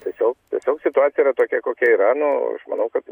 tiesio tiesiog situacija yra tokia kokia yra nu aš manau kad